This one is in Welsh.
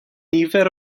nifer